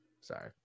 sorry